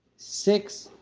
six,